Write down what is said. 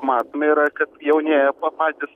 matome yra kad jaunėja pa patys